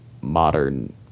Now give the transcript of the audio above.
modern